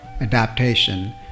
adaptation